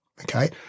okay